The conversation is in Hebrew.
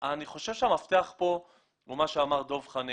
אני חושב שהמפתח פה הוא מה שאמר דבר חנין.